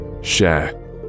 share